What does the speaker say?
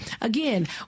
Again